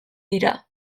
dira